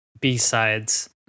B-sides